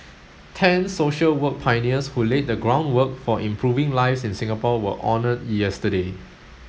ten social work pioneers who laid the groundwork for improving lives in Singapore were honoured yesterday